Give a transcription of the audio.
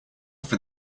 for